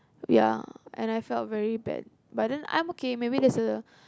ya and I felt very bad but then I'm okay maybe there's a